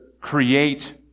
create